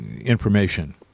information